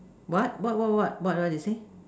what what what what what they say